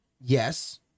Yes